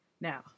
now